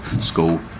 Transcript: school